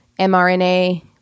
mRNA